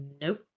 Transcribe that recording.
Nope